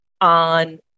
on